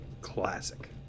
classic